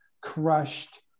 crushed